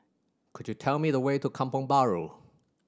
could you tell me the way to Kampong Bahru